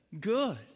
Good